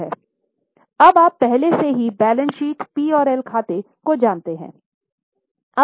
अब आप पहले से ही बैलेंस शीट पी और एल खाते को जानते हैं